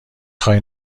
خوای